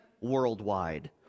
worldwide